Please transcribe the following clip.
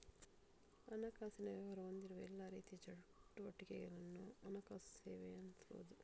ಹಣಕಾಸಿನ ವ್ಯವಹಾರ ಹೊಂದಿರುವ ಎಲ್ಲಾ ರೀತಿಯ ಚಟುವಟಿಕೆಗಳನ್ನ ಹಣಕಾಸು ಸೇವೆ ಅನ್ಬಹುದು